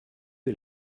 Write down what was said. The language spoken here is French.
est